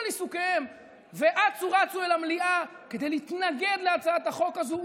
עיסוקיהם ואצו-רצו אל המליאה כדי להתנגד להצעת החוק הזאת.